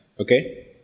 okay